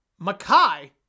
Makai